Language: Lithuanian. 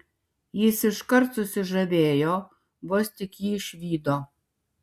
jis iškart susižavėjo vos tik jį išvydo